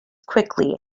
quickly